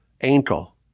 ankle